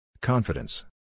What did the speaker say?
Confidence